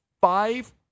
five